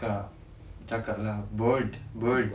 kak cakaplah board board